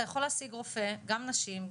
אתה יכול להשיג רופא גם נשים,